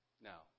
Now